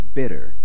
bitter